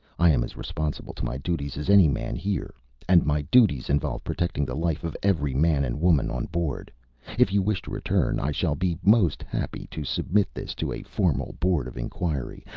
i am as responsible to my duties as any man here and my duties involve protecting the life of every man and woman on board if you wish to return, i shall be most happy to submit this to a formal board of inquiry.